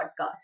podcast